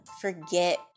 forget